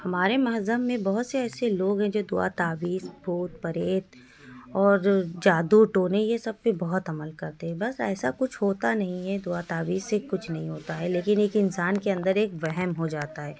ہمارے مہذب میں بہت سے ایسے لوگ ہیں جو دعا تعویذ بھوت پریت اور جادو ٹونے یہ سب پہ بہت عمل کرتے ہیں بس ایسا کچھ ہوتا نہیں ہے دعا تعویذ سے کچھ نہیں ہوتا ہے لیکن ایک انسان کے اندر ایک وہم ہو جاتا ہے